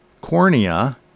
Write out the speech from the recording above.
cornea